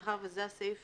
מאחר שזה הסעיף